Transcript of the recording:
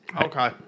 Okay